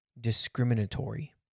discriminatory